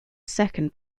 second